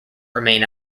remain